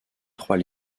trois